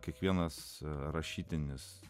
kiekvienas rašytinis